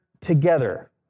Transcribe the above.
together